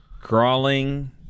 crawling